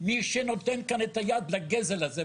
מי שנותן כאן את היד לגזל הזה,